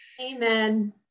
amen